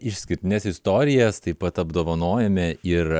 išskirtines istorijas taip pat apdovanojome ir